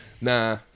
Nah